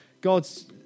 God's